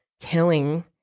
killing